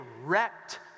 wrecked